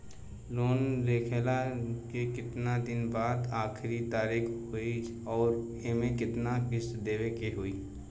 Loan लेहला के कितना दिन के बाद आखिर तारीख होई अउर एमे कितना किस्त देवे के होई?